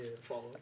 Follow